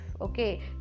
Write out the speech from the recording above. okay